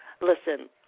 listen